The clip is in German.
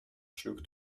schlug